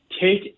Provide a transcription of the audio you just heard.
take